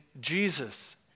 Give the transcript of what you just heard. Jesus